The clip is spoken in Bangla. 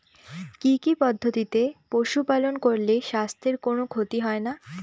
কি কি পদ্ধতিতে পশু পালন করলে স্বাস্থ্যের কোন ক্ষতি হয় না?